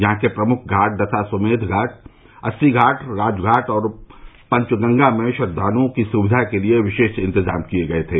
यहाँ के प्रमुख घाट दशाश्वमेघ घाट अस्सी घाट राजघाट और पंचगंगा में श्रद्वालुओं की सुविधा के लिए विशेष इन्तजाम किये गये थे